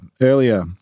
earlier